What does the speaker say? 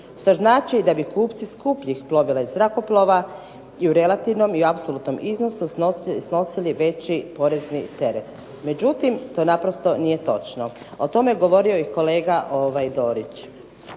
što znači da bi kupci skupljih plovila i zrakoplova i u relativnom i u apsolutnom iznosu snosili veći porezni teret. Međutim, to naprosto nije točno. O tome je govorio i kolega Dorić.